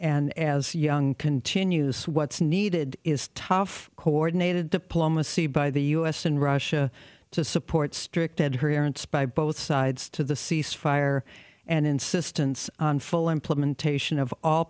and as young continues what's needed is tough co ordinated diplomacy by the u s and russia to support strict adherence by both sides to the cease fire and insistence on full implementation of all